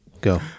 Go